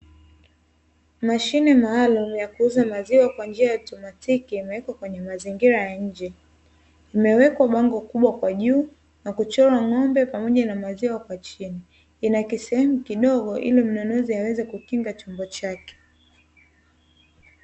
Mashine maalumu ya kuuza maziwa kwa njia ya automatiki imewekwa kwenye mazingira ya nje, imewekwa bango kubwa kwa juu na kuchorwa ng'ombe pamoja na maziwa kwa chini, ina kisehemu kidogo ili mnunuzi aweze kukinga chombo chake.